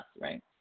right